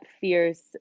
fierce